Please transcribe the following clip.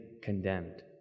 condemned